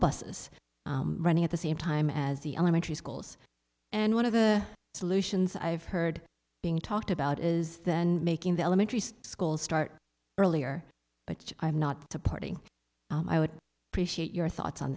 busses running at the same time as the elementary schools and one of the solutions i've heard being talked about is then making the elementary school start earlier but i'm not supporting i would appreciate your thoughts on